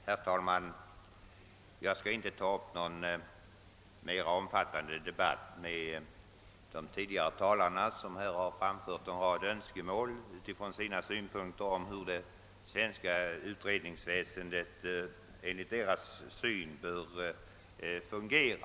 Herr talman! Jag skall inte gå in på någon mera omfattande debatt med de tidigare talarna, som här framfört en rad önskemål om hur det svenska utredningsväsendet enligt deras åsikt bör fungera.